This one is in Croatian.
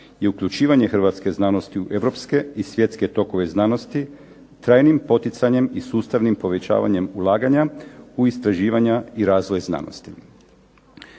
je uključivanje hrvatske znanosti u europske i svjetske tokove znanosti, trajnim poticanjem i sustavnim povećavanjem ulaganja u istraživanja i razvoj znanosti".